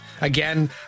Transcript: Again